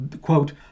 quote